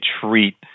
treat